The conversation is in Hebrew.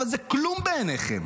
אבל זה כלום בעיניכם,